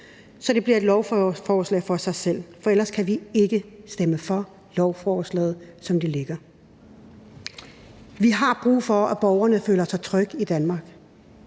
så det bliver et lovforslag for sig selv. For ellers kan vi ikke stemme for lovforslaget, som det ligger. Vi har brug for, at borgerne føler sig trygge i Danmark.